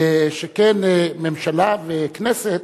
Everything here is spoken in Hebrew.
שכן ממשלה וכנסת